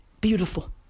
beautiful